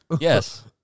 Yes